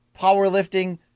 powerlifting